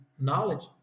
knowledge